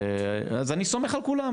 אז אני סומך על כולם,